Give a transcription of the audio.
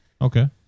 Okay